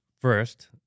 first